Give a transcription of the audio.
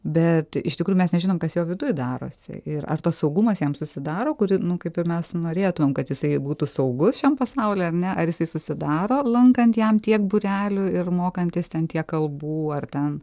bet iš tikrųjų mes nežinom kas jo viduj darosi ir ar tas saugumas jam susidaro kuri nu kaip ir mes norėtumėm kad jisai būtų saugus šiam pasauly ar ne ar jisai susidaro lankant jam tiek būrelių ir mokantis ten tiek kalbų ar ten